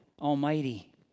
Almighty